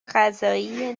قضایی